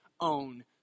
own